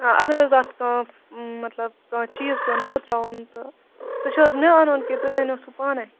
آ اگر حٲز اتھ کانٛہہ مطلب کانٛہہ چیٖز پیٚو نوٚو تراوُن تہٕ سُہ چھُ حٲز مےٚ اَنُن کِنہٕ تُہی أنیو سُہ پانے